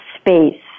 space